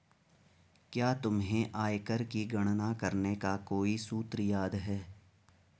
क्या तुम्हें आयकर की गणना करने का कोई सूत्र याद है?